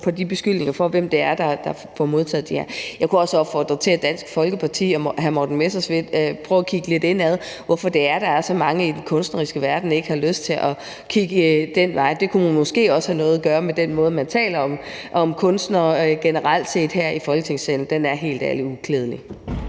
på de beskyldninger om, hvem det er, der modtager de her penge. Jeg kunne også opfordre Dansk Folkeparti og hr. Morten Messerschmidt til at prøve at kigge lidt indad og se, hvorfor det er, at der er så mange i den kunstneriske verden, der ikke har lyst til at kigge den vej. Det kunne måske også have noget at gøre med den måde, man taler om kunstnere generelt set her i Folketingssalen. Den er helt ærligt uklædelig.